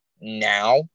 now